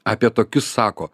apie tokius sako